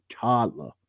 toddler